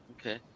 okay